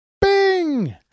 Bing